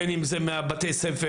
בין אם זה מבתי הספר,